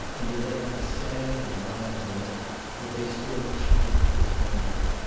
and that they have a sad and wild lament that they still chaunt to its memory.